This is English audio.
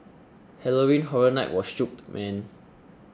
Halloween Horror Night was shook man